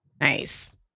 Nice